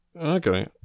Okay